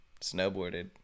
snowboarded